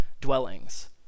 dwellings